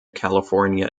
california